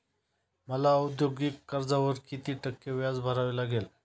मला औद्योगिक कर्जावर किती टक्के व्याज भरावे लागेल?